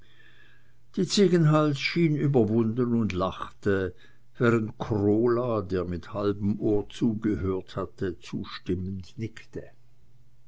die ziegenhals schien überwunden und lachte während krola der mit halbem ohr zugehört hatte zustimmend nickte